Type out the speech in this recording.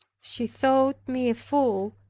she thought me a fool,